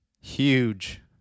huge